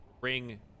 bring